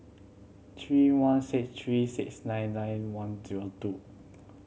three one six three six nine nine one zero two